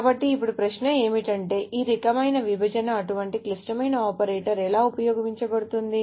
కాబట్టి ఇప్పుడు ప్రశ్న ఏమిటంటే ఈ రకమైన విభజన అటువంటి క్లిష్టమైన ఆపరేటర్ ఎలా ఉపయోగపడుతుంది